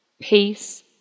peace